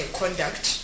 conduct